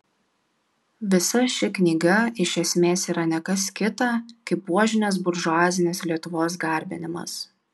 visa ši knyga iš esmės yra ne kas kita kaip buožinės buržuazinės lietuvos garbinimas